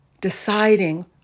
deciding